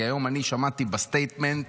כי היום שמעתי בסטייטמנט,